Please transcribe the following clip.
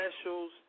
specials